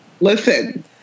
Listen